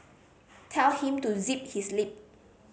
tell him to zip his lip